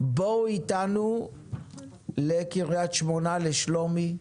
בואו איתנו לקריית שמונה, לשלומי,